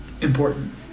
important